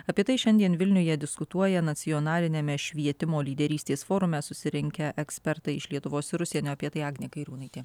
apie tai šiandien vilniuje diskutuoja nacionaliniame švietimo lyderystės forume susirinkę ekspertai iš lietuvos ir užsienio apie tai agnė kairiūnaitė